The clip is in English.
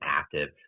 active